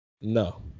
No